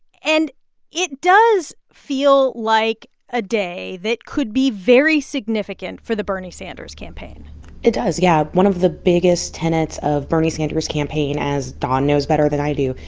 and it does feel like a day that could be very significant for the bernie sanders campaign it does. yeah. one of the biggest tenets of bernie sanders' campaign, as don knows better than i do,